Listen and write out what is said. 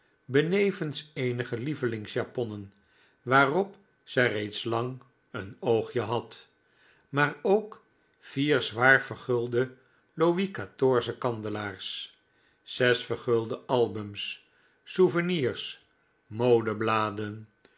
benevens eenige lievelingsjaponnen waarop zij reeds lang een oogje had maar ook vier zwaar vergulde louis quatorze kandelaars zes vergulde albums souvenirs modebladen